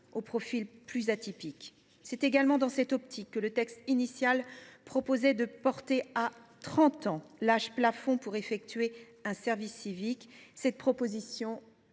au profil plus atypique. C’est également dans cette optique que le texte initial prévoyait de porter à 30 ans l’âge plafond pour effectuer un service civique. Cette disposition